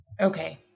Okay